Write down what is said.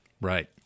Right